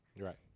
Right